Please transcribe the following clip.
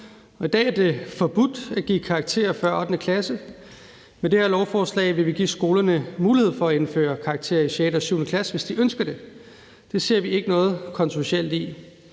I dag er det forbudt at give karakterer før 8. klasse, men med det her forslag vil vi give skolerne mulighed for at indføre karakterer i 6. og 7. klasse, hvis de ønsker det. Det ser vi ikke noget kontroversielt i.